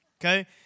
Okay